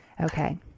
Okay